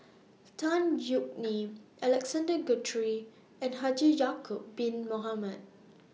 Tan Yeok Nee Alexander Guthrie and Haji Ya'Acob Bin Mohamed